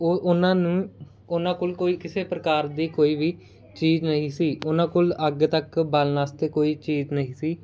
ਉਹ ਉਹਨਾਂ ਨੂੰ ਉਹਨਾਂ ਕੋਲ ਕੋਈ ਕਿਸੇ ਪ੍ਰਕਾਰ ਦੀ ਕੋਈ ਵੀ ਚੀਜ਼ ਨਹੀਂ ਸੀ ਉਹਨਾਂ ਕੋਲ ਅੱਗ ਤੱਕ ਬਾਲਣ ਵਾਸਤੇ ਕੋਈ ਚੀਜ਼ ਨਹੀਂ ਸੀ